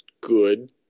Good